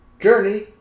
Journey